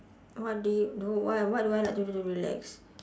what do you no what what do I like to do to relax